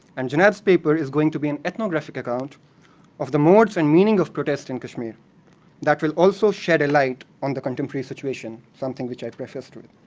and junaid's paper is going to be an ethnographic account of the modes and meaning of protest in kashmir that will also shed a light on the contemporary situation, something which i prefaced